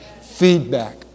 Feedback